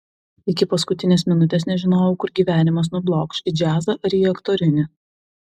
iki paskutinės minutės nežinojau kur gyvenimas nublokš į džiazą ar į aktorinį